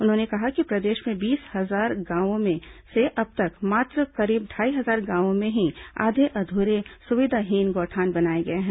उन्होंने कहा कि प्रदेश में बीस हजार गांवों में से अब तक मात्र करीब ढाई हजार गांवों में ही आधे अधूरे सुविधाहीन गौठान बनाए गए हैं